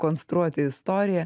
konstruoti istoriją